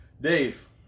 Dave